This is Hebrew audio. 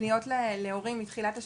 פניות להורים מתחילת השנה,